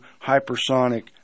hypersonic